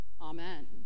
amen